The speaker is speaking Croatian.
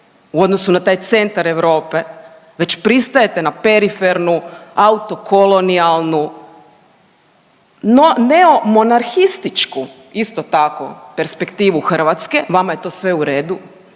u odnosu na taj centar Europe, već pristajete na perifernu auto kolonijalnu, no neomonarhističku isto tako perspektivu Hrvatske, vama je sve to u redu,